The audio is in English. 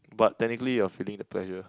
but technically you are feeling the pleasure